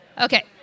okay